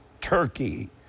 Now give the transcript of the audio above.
Turkey